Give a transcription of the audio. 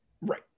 Right